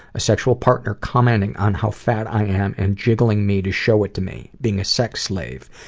a sexual partner commenting on how fat i am and jiggling me to show it to me. being a sex slave.